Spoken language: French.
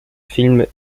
films